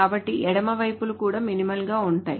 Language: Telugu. కాబట్టి ఎడమ వైపులు కూడా మినిమల్ గా ఉంటాయి